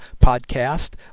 podcast